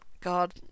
God